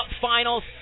Finals